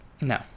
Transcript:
No